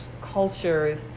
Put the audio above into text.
cultures